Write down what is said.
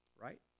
right